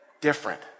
different